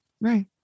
Right